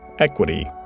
Equity